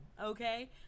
okay